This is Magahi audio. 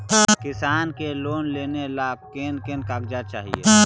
किसान के लोन लेने ला कोन कोन कागजात चाही?